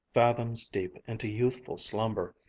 fathoms deep into youthful slumber,